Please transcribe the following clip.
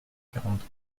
quarante